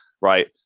right